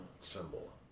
Symbol